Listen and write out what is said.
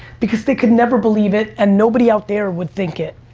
because they could never believe it and nobody out there would think it.